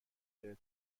بره